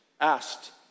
asked